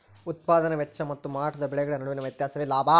ಉತ್ಪದಾನೆ ವೆಚ್ಚ ಮತ್ತು ಮಾರಾಟದ ಬೆಲೆಗಳ ನಡುವಿನ ವ್ಯತ್ಯಾಸವೇ ಲಾಭ